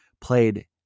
played